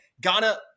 Ghana